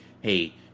hey